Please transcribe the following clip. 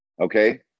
okay